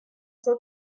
cent